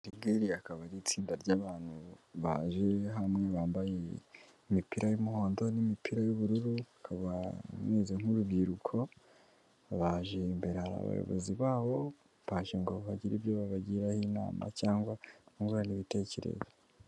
Iri ngiri akaba ari itsinda ry'abantu baje hamwe bambaye imipira y'umuhondo n'imipira y'ubururu, bakaba bameze nk'urubyiruko, imbere hari abayobozi babo, baje ngo bagire ibyo babagiraho inama cyangwa bubaranrana ibitekerezo.